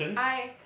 I